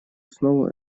основу